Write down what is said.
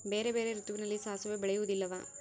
ಬೇರೆ ಬೇರೆ ಋತುವಿನಲ್ಲಿ ಸಾಸಿವೆ ಬೆಳೆಯುವುದಿಲ್ಲವಾ?